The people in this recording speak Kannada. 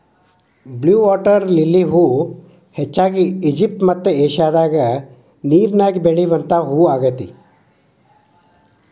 ಬ್ಲೂ ವಾಟರ ಲಿಲ್ಲಿ ಹೂ ಹೆಚ್ಚಾಗಿ ಈಜಿಪ್ಟ್ ಮತ್ತ ಏಷ್ಯಾದಾಗ ನೇರಿನ್ಯಾಗ ಬೆಳಿವಂತ ಹೂ ಆಗೇತಿ